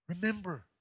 Remember